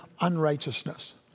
unrighteousness